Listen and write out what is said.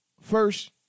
first